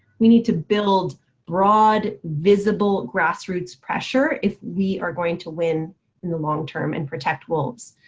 we need to build broad visible grassroots pressure if we are going to win in the long term and protect wolves.